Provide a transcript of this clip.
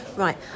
Right